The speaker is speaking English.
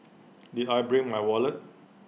did I bring my wallet